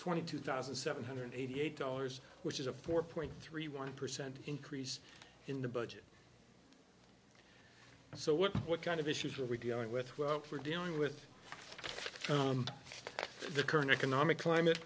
twenty two thousand seven hundred eighty eight dollars which is a four point three one percent increase in the budget so what what kind of issues are we dealing with well for dealing with the current economic climate